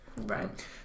Right